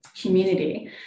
community